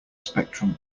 spectrum